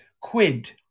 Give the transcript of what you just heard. Quid